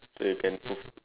so you can go